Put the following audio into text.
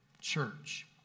church